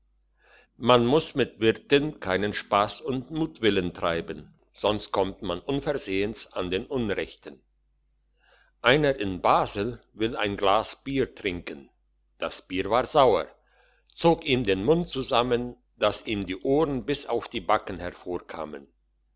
man muss mit wirten keinen spass und mutwillen treiben sonst kommt man unversehens an den unrechten einer in basel will ein glas bier trinken das bier war sauer zog ihm den mund zusammen dass ihm die ohren bis auf die backen hervorkamen